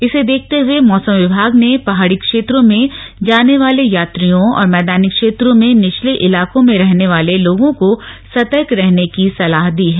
इसे देखते हए मौसम विभाग ने पहाड़ी क्षेत्रों में जाने वाले यात्रियों और मैदानी क्षेत्रों में निचले इलाकों में रहने वाले लोगों को सतर्क रहने की सलाह दी है